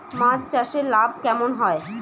মাছ চাষে লাভ কেমন হয়?